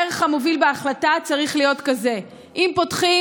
הערך המוביל בהחלטה צריך להיות כזה: אם פותחים,